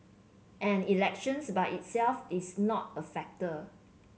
and elections by itself is not a factor